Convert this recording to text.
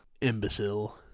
Imbecile